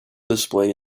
display